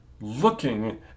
looking